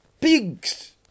Pigs